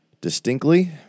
distinctly